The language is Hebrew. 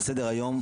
על סדר היום: